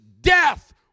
death